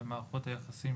ומערכות היחסים